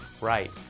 Right